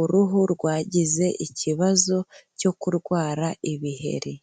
uruhu rwagize ikibazo cyo kurwara ibiheri.